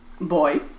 boy